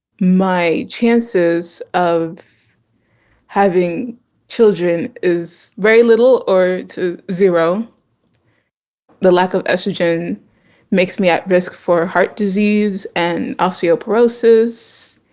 my chances of having children is very little or to zero the lack of estrogen makes me at risk for heart disease and osteoporosis